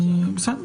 בסדר.